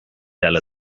eile